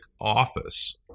office